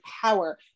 power